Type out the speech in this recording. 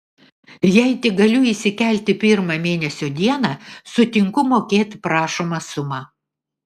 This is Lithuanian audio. jei tik galiu įsikelti pirmą mėnesio dieną sutinku mokėt prašomą sumą